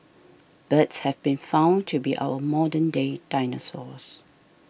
birds have been found to be our modern day dinosaurs